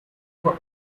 for